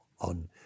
on